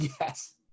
Yes